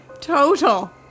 total